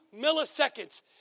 milliseconds